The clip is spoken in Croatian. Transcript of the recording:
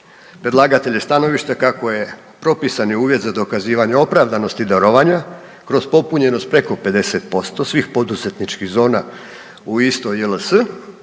Predlagatelj je stanovište kako je propisani uvjet za dokazivanje opravdanosti darovanja kroz popunjenost preko 50% svih poduzetničkih zona u istoj JLS